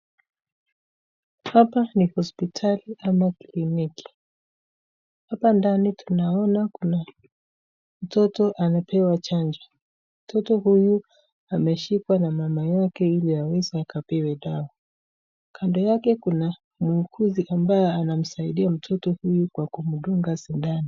Hapa ni hospitali ama kliniki, hapa ndani tunaona kuna mtoto analewa chanjo. Mtoto huyu ameshikwa na mama yake ili akaweze akapewa dawa. Kando yake kuna muuguzi ambaye anasaidia mtoto huyu kwa kumdunga sindano.